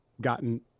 gotten